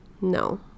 no